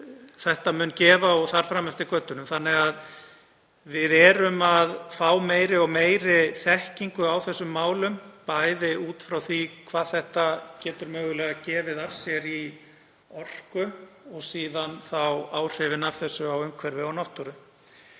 þetta mun gefa og þar fram eftir götunum. Við erum að fá meiri og meiri þekkingu á þessum málum, bæði út frá því hvað þetta getur mögulega gefið af sér í orku og áhrifum á umhverfi og náttúru.